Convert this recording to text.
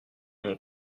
mon